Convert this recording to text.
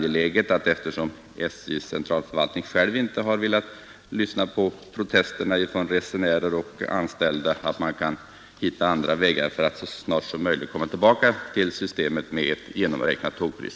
Eftersom SJ:s centralförvaltning själv inte har llda, är det angeläget velat lyssna på protesterna från resenärer och ans att man kan hitta andra vägar för att så snart som möjligt komma tillbaka till systemet med ett genomräknat tågpris.